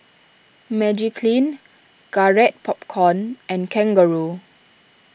Magiclean Garrett Popcorn and Kangaroo